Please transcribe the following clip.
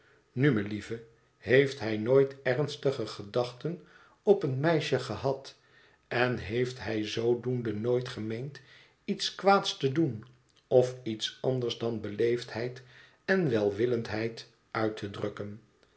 nu melieve heeft hij nooit ernstige gedachten op een meisje gehad en heeft hij zoodoende nooit gemeend iets kwaads te doen of iets anders dan beleefdheid en welwillendheid uit te drukken